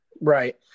Right